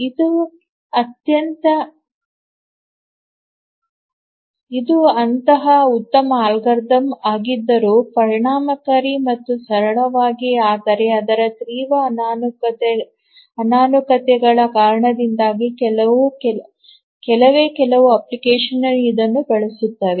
ಇದು ಅಂತಹ ಉತ್ತಮ ಅಲ್ಗಾರಿದಮ್ ಆಗಿದ್ದರೂ ಪರಿಣಾಮಕಾರಿ ಮತ್ತು ಸರಳವಾಗಿದೆ ಆದರೆ ಅದರ ತೀವ್ರ ಅನಾನುಕೂಲತೆಗಳ ಕಾರಣದಿಂದಾಗಿ ಕೆಲವೇ ಕೆಲವು ಅಪ್ಲಿಕೇಶನ್ಗಳು ಇದನ್ನು ಬಳಸುತ್ತವೆ